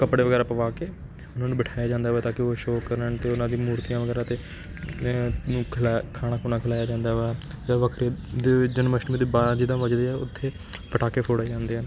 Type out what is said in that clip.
ਕੱਪੜੇ ਵਗੈਰਾ ਪਵਾ ਕੇ ਉਨ੍ਹਾਂ ਨੂੰ ਬਿਠਾਇਆ ਜਾਂਦਾ ਵਾ ਤਾਂ ਕਿ ਉਹ ਸ਼ੋ ਕਰਨ 'ਤੇ ਉਨ੍ਹਾਂ ਦੀ ਮੂਰਤੀਆਂ ਵਗੈਰਾ 'ਤੇ ਨੂੰ ਖਿਲਾਏ ਖਾਣਾ ਖੂਣਾ ਖਿਲਾਇਆ ਜਾਂਦਾ ਵਾ ਜਾਂ ਵੱਖਰੇ ਦੇ ਜਨਮਾਸ਼ਟਮੀ ਦੇ ਬਾਅਦ ਜਿੱਦਾਂ ਵੱਜਦੇ ਆ ਉੱਥੇ ਪਟਾਕੇ ਫੋੜੇ ਜਾਂਦੇ ਹੈ